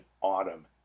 autumn